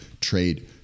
trade